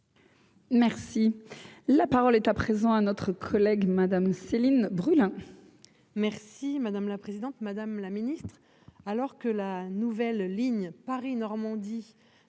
Merci, la parole est à présent à notre collègue Madame Céline Brulin. Merci madame la présidente, madame la ministre, alors que la nouvelle ligne Paris-Normandie